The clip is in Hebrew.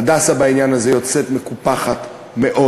"הדסה", בעניין הזה, יוצא מקופח מאוד.